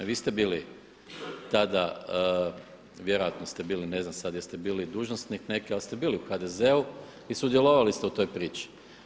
A vi ste bili tada vjerojatno ste bili, ne znam sad jeste li bili dužnosnik neki, ali ste bili u HDZ-u i sudjelovali ste u toj priči.